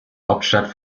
hauptstadt